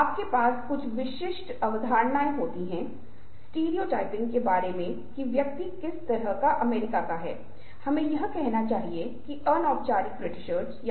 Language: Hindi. इसलिए बातचीत वास्तव में बातचीत नहीं है यह एक तरह का शोर है क्योंकि हर कोई एक ही समय में बोलने की कोशिश कर रहा है